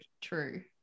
true